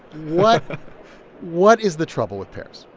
what what is the trouble with pears?